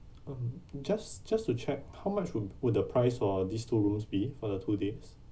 um just just to check how much would would the price for these two rooms be for the two days